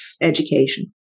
education